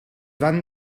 van